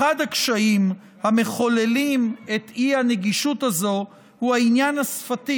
אחד הקשיים המחוללים את האי-נגישות הזו הוא העניין השפתי